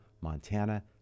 montana